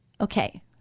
Okay